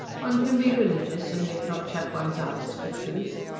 one can be religious and yet not shut one's eyes to the truth.